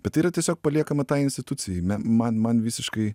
bet tai yra tiesiog paliekama tai institucijai me man man visiškai